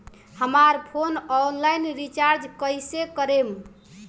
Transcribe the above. हमार phone online recharge कईसे करेम?